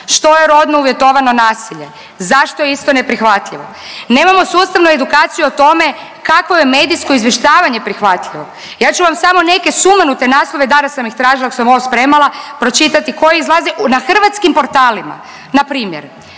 što je rodno uvjetovano nasilje, zašto je isto neprihvatljivo. Nemamo sustavnu edukaciju o tome kakvo je medijsko izvještavanje prihvatljivo. Ja ću vam samo neke sumanute naslove, danas sam ih tražila dok sam ovo spremala pročitati koji izlaze na hrvatskim portalima, na primjer: